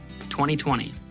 2020